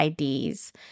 IDs